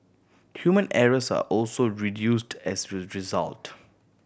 human errors are also reduced as a result